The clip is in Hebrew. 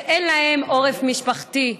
ואין להם עורף משפחתי.